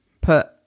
put